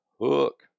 hook